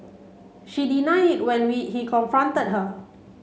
she deny it when we he confronted her